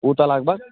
کوٗتاہ لگ بگ